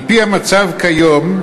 על-פי המצב כיום,